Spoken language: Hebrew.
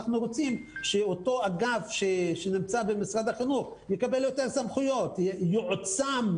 אנחנו רוצים שאותו אגף שנמצא במשרד החינוך יקבל יותר סמכויות ויועצם.